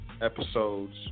episodes